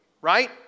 Right